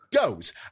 goes